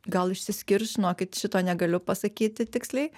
gal išsiskirs žinokit šito negaliu pasakyti tiksliai